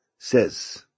says